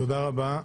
תודה רבה.